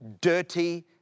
dirty